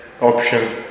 option